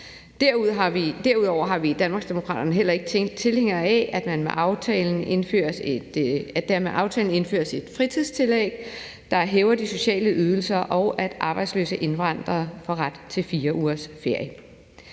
Danmarksdemokraterne heller ikke tilhængere af, at der med aftalen indføres et fritidstillæg, som hæver de sociale ydelser, og heller ikke af, at arbejdsløse indvandrere får ret til 4 ugers ferie.